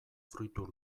fruitu